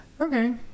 Okay